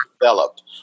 developed